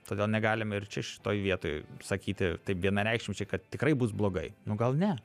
todėl negalime ir čia šitoj vietoj sakyti taip vienareikšmiškai kad tikrai bus blogai nu gal ne